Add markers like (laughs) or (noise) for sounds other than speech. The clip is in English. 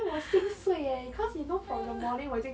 (laughs)